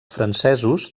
francesos